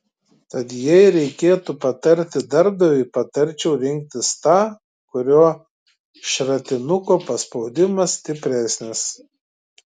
tad jei reikėtų patarti darbdaviui patarčiau rinktis tą kurio šratinuko paspaudimas stipresnis